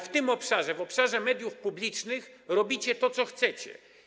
W tym obszarze, tj. w obszarze mediów publicznych, robicie to, co chcecie.